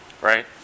right